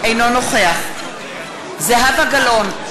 אינו נוכח זהבה גלאון,